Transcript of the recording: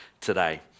today